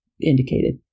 indicated